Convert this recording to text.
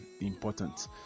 important